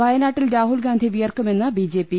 വയനാട്ടിൽ രാഹുൽ ഗാന്ധി വിയർക്കുമെന്ന് ബിജെപി